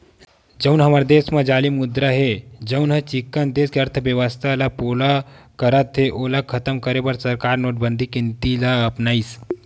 जउन हमर देस म जाली मुद्रा हे जउनहा चिक्कन देस के अर्थबेवस्था ल पोला करत हे ओला खतम करे बर सरकार नोटबंदी के नीति ल अपनाइस